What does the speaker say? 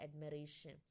admiration